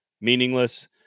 meaningless